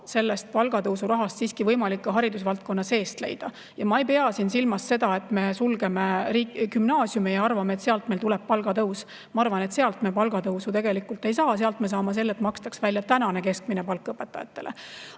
sellest palgatõusu rahast siiski võimalik haridusvaldkonna seest leida, ja ma ei pea siin silmas seda, et me sulgeme gümnaasiume ja arvame, et sealt tuleb palgatõus. Ma arvan, et sealt me palgatõusu tegelikult ei saa, sealt me saame selle, et makstaks välja tänane keskmine palk õpetajatele.